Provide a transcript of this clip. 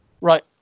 right